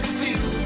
feel